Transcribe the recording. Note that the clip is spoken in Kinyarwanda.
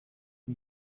bwo